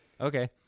Okay